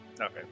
Okay